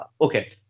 okay